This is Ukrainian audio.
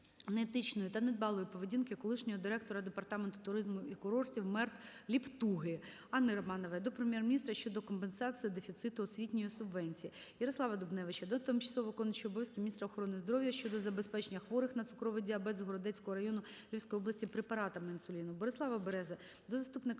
неетичної та недбалої поведінки колишнього Директора департаменту туризму і курортів МЕРТ Ліптуги. Анни Романової до Прем'єр-міністра щодо компенсації дефіциту освітньої субвенції. Ярослава Дубневича до тимчасово виконуючої обов'язки міністра охорони здоров'я щодо забезпечення хворих на цукровий діабет з Городоцького району Львівської області препаратами інсуліну. Борислава Берези до Заступника